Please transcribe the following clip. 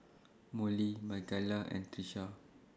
Mollie Makaila and Trisha